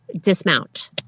dismount